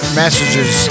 messages